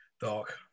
Dark